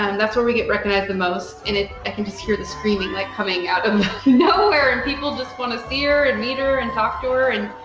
um that's where we get recognized the most. and it, i can just hear the screaming like coming out of nowhere and people just wanna see her and meet her and talk to her and,